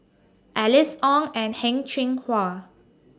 Alice Ong and Heng Cheng Hwa